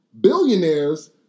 billionaires